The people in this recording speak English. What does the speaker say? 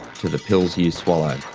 to the pills you swallow.